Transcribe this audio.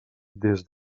des